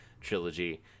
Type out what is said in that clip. trilogy